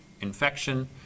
infection